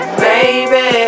baby